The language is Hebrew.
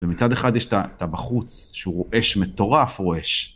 ומצד אחד יש את הבחוץ שהוא רועש מטורף רועש.